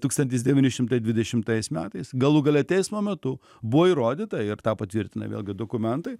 tūkstantis devyni šimtai dvidešimtaisiais metais galų gale teismo metu buvo įrodyta ir tą patvirtina vėlgi dokumentai